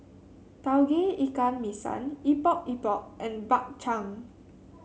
Tauge Ikan Masin Epok Epok and Bak Chang